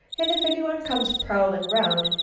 and if anyone comes prowling around,